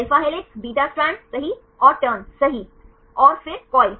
alpha helix beta strand सही और turns सही है और फिर कॉइल